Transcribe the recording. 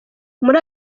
muri